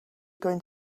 going